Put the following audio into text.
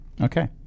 Okay